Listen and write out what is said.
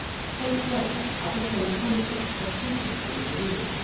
straightway i became conscious of a presence in the room,